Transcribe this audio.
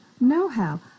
know-how